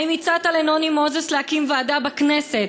האם הצעת לנוני מוזס להקים ועדה בכנסת